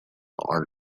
are